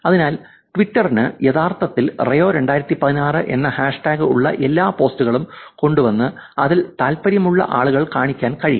അതിനാൽ ട്വിറ്ററിന് യഥാർത്ഥത്തിൽ റിയോ 2016 എന്ന ഹാഷ്ടാഗ് ഉള്ള എല്ലാ പോസ്റ്റുകളും കൊണ്ടുവന്ന് അതിൽ താൽപ്പര്യമുള്ള ആളുകളെ കാണിക്കാൻ കഴിയും